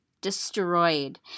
destroyed